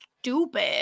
Stupid